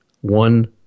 one